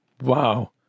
Wow